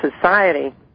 society